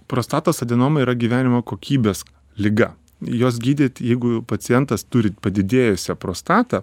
prostatos adenoma yra gyvenimo kokybės liga jos gydyt jeigu pacientas turi padidėjusią prostatą